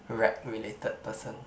rec related person